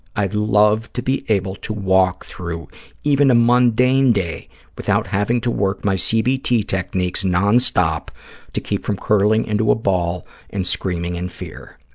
i'd love to be able to walk through even a mundane day without having to work my cbt techniques non-stop to keep from curling into a ball and screaming in fear.